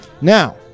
Now